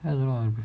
as long as